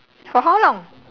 for how long